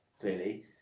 clearly